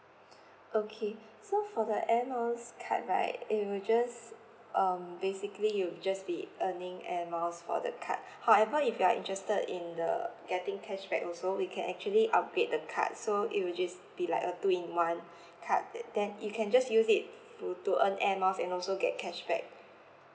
okay so for the air miles card right it'll will just um basically you'll just be earning air miles for the card however if you are interested in the getting cashback also we can actually upgrade the card so it will just be like a two in one card that then you can just use it to to earn air miles and also get cashback